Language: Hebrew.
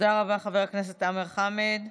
תודה רבה, חבר הכנסת עמאר חמד.